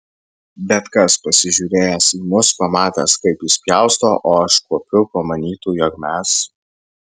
bet kas pasižiūrėjęs į mus pamatęs kaip jis pjausto o aš kuopiu pamanytų jog mes